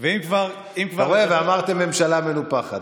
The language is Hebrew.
ואם כבר, אתה רואה, ואמרתם ממשלה מנופחת.